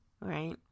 right